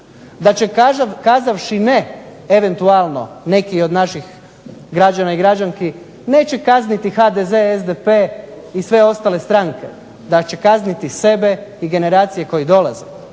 Da će kazavši ne eventualno neki od naših građana i građanki neće kazniti HDZ, SDP i sve ostale stranke. Da će kazniti sebe i generacije koje dolaze.